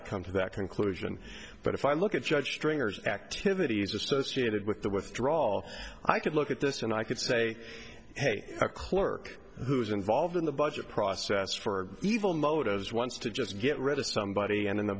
to come to that conclusion but if i look at judge stringer's activities associated with the with drawl i could look at this and i could say hey a clerk who's involved in the budget process for evil motives wants to just get rid of somebody and in the